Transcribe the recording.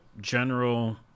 general